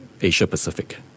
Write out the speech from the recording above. Asia-Pacific